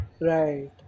Right